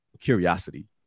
curiosity